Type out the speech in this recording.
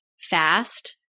fast